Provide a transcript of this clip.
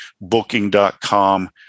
Booking.com